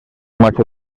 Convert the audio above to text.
macho